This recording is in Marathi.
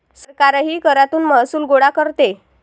सरकारही करातून महसूल गोळा करते